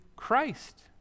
Christ